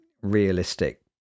realistic